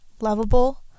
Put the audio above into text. lovable